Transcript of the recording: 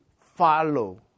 follow